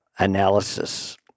analysis